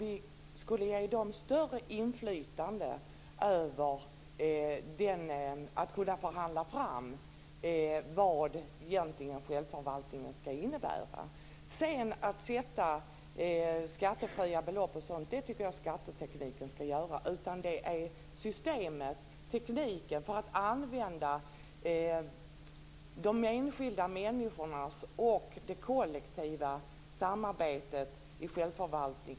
Vi borde ge dem större inflytande så att de kan förhandla fram vad självförvaltningen skall innebära. Att fastställa skattefria belopp och sådant skall skattepolitikerna göra. Det är systemet och tekniken för att använda enskilda människor och det kollektiva samarbetet som står i centrum.